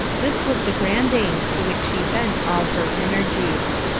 this was the grand aim to which she bent all her energies.